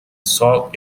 sold